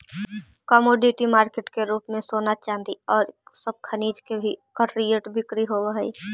commodity market के रूप में सोना चांदी औउर सब खनिज के भी कर्रिड बिक्री होवऽ हई